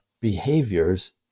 behaviors